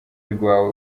rwawe